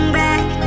back